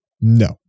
No